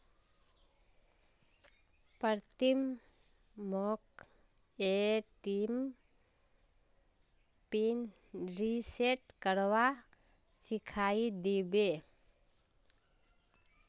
प्रीतम मोक ATM pin reset करवा सिखइ दी बे